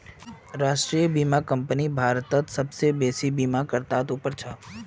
राष्ट्रीय बीमा कंपनी भारतत सबसे बेसि बीमाकर्तात उपर छ